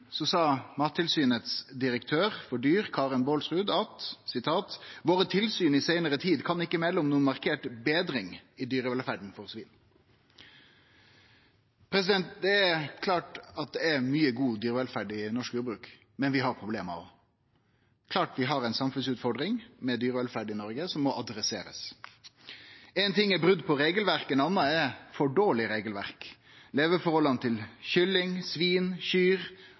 sa Karen Johanne Baalsrud, direktør for avdelingen for planter og dyr i Mattilsynet: «Våre tilsyn i senere tid kan ikke melde om noen markert bedring i dyrevelferden for svin». Det er mykje god dyrevelferd i norsk jordbruk, men vi har òg problem. Vi har ei samfunnsutfordring med dyrevelferd i Noreg som må adresserast. Éin ting er brot på regelverket, ein annan er for dårleg regelverk. Leveforholda til kylling, svin, kyr